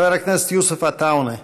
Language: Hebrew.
חבר הכנסת יוסף עטאונה.